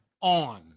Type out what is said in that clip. on